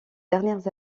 dernières